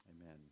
Amen